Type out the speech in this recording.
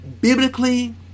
biblically